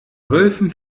wölfen